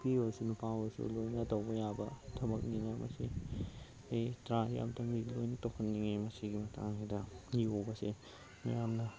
ꯅꯨꯄꯤ ꯑꯣꯏꯔꯁꯨ ꯅꯨꯄꯥ ꯑꯣꯏꯔꯁꯨ ꯂꯣꯏꯅ ꯇꯧꯕ ꯌꯥꯕ ꯊꯕꯛꯅꯤꯅ ꯃꯁꯤ ꯑꯩ ꯇ꯭ꯔꯥꯏ ꯑꯝꯇꯪ ꯂꯣꯏꯅꯗꯤ ꯇꯧꯍꯟꯅꯤꯡꯉꯤ ꯃꯁꯤꯒꯤ ꯃꯇꯥꯡꯁꯤꯗ ꯌꯣꯒꯥꯁꯦ ꯃꯌꯥꯝꯅ